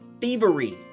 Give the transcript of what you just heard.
thievery